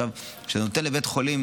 כשאתה נותן לבית חולים